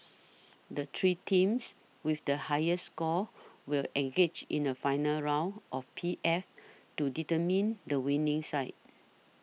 the three teams with the highest scores will engage in a final round of P F to determine the winning side